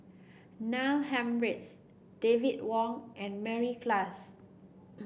Neil Humphreys David Wong and Mary Klass